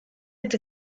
its